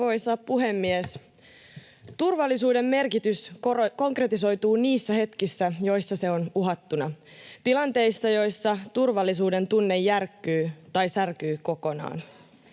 Arvoisa puhemies! Turvallisuuden merkitys konkretisoituu niissä hetkissä, joissa se on uhattuna, ja tilanteissa, joissa turvallisuudentunne järkkyy tai särkyy kokonaan.